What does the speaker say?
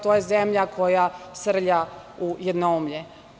To je zemlja koja srlja u jednoumlje.